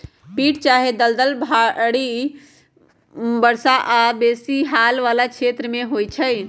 पीट चाहे दलदल माटि भारी वर्षा आऽ बेशी हाल वला क्षेत्रों में होइ छै